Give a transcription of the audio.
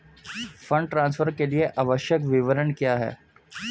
Fund transfer के लिए आवश्यक विवरण क्या हैं?